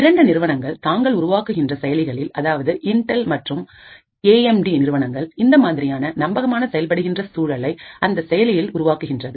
இரண்டு நிறுவனங்கள் தாங்கள் உருவாக்குகின்ற செயலிகளில் அதாவது இன்டெல் மற்றும் ஏஎம்டி நிறுவனங்கள் இந்த மாதிரியான நம்பகமான செயல்படுகின்ற சூழலை அந்த செயலியில் உருவாக்குகின்றது